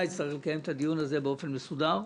יצטרך לקיים את הדיון הזה באופן מסודר.